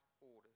orders